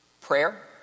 Prayer